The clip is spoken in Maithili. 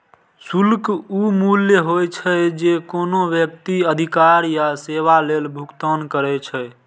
शुल्क ऊ मूल्य होइ छै, जे कोनो व्यक्ति अधिकार या सेवा लेल भुगतान करै छै